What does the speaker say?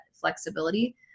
flexibility